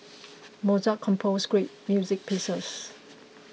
Mozart composed great music pieces